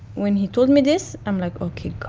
when he told me this, i'm like, ok, god,